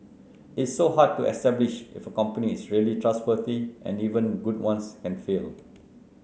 it's so hard to establish if a company is really trustworthy and even good ones can fail